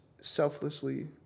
selflessly